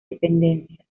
dependencias